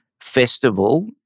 festival